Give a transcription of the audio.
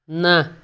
نہ